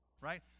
right